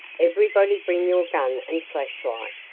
everybody bring your gun and flashlight.